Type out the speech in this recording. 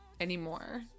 anymore